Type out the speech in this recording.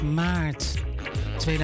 maart